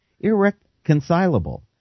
irreconcilable